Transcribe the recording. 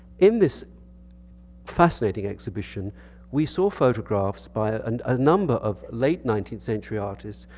in this fascinating exhibition we saw photographs by a and ah number of late nineteenth century artists.